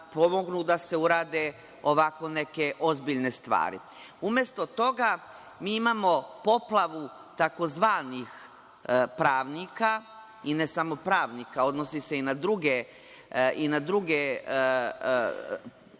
da se urade ovako neke ozbiljne stvari. Umesto toga, mi imamo poplavu tzv. pravnika i ne samo pravnika, odnosi se i na druge profesije,